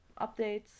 updates